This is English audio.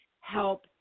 help